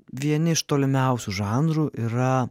vieni iš tolimiausių žanrų yra